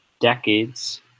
decades